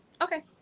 okay